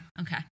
Okay